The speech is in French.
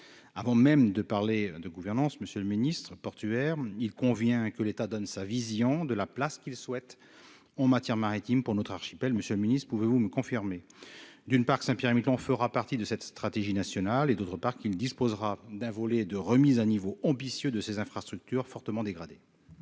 avant même de parler de gouvernance, Monsieur le Ministre portuaire, il convient que l'État donne sa vision de la place qu'ils souhaitent en matière maritime pour notre archipel Monsieur le Ministre, pouvez-vous me confirmer, d'une part Saint-Pierre et Miquelon fera partie de cette stratégie nationale et d'autre part qu'il ne disposera d'un volet de remise à niveau ambitieux de ses infrastructures fortement dégradé.